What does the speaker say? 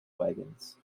wagons